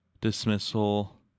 dismissal